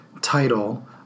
title –